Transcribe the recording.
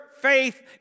faith